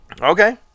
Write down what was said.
okay